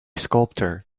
sculptor